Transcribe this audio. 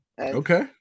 okay